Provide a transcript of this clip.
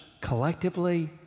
collectively